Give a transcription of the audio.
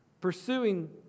Pursuing